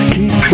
Keep